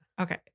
Okay